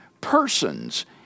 persons